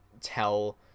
tell